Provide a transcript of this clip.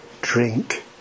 drink